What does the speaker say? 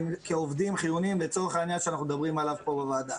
כעובדים חיוניים לצורך העניין שאנחנו מדברים עליו פה בוועדה.